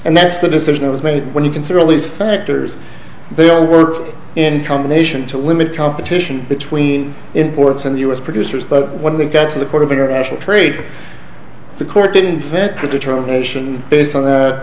and that's the decision was made when you consider all these factors they all work in combination to limit competition between imports and u s producers but when it got to the court of international trade the court didn't fit the determination based on that